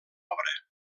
obra